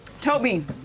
Toby